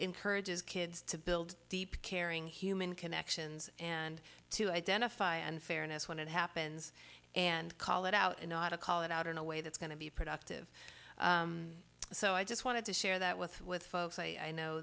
encourages kids to build deep caring human connections and to identify and fairness when it happens and call it out and not a call it out in a way that's going to be productive so i just wanted to share that with with folks i know